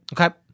Okay